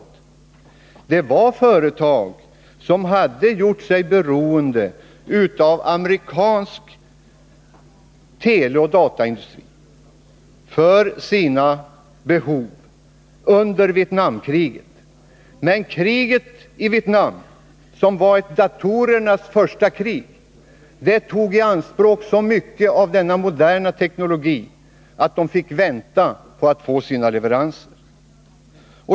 Det fanns under Vietnamkrigets tid företag som för sina behov hade gjort sig beroende av amerikansk teleoch dataindustri. Men kriget i Vietnam, som var ett datorernas första krig, tog i anspråk så mycket av denna 165 moderna teknologi att företagen fick vänta på att få sina leveranser.